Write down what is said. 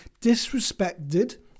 disrespected